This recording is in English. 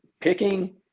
picking